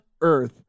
earth